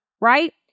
right